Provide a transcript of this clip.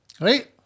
right